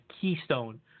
keystone